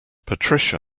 patricia